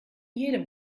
jedem